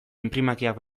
inprimakiak